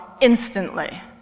instantly